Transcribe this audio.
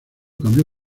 cambió